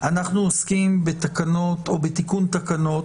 אנחנו עוסקים בתיקון תקנות,